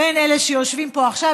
בין אלה שיושבים פה עכשיו,